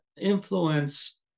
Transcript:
influence